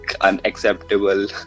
unacceptable